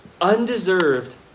undeserved